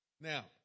Now